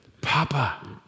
Papa